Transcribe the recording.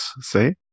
say